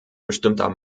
bestimmter